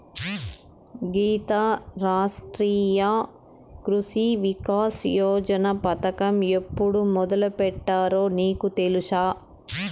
గీతా, రాష్ట్రీయ కృషి వికాస్ యోజన పథకం ఎప్పుడు మొదలుపెట్టారో నీకు తెలుసా